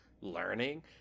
learning